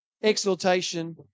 exaltation